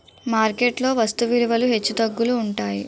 market లో వస్తు విలువలు హెచ్చుతగ్గులు ఉంటాయి